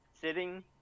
sitting